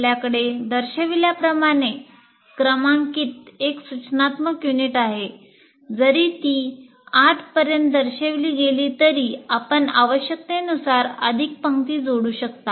आपल्याकडे दर्शवल्याप्रमाणे क्रमांकित एक सूचनात्मक युनिट आहे जरी ती 8 पर्यंत दर्शविली गेली तरी आपण आवश्यकतेनुसार अधिक पंक्ती जोडू शकता